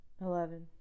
eleven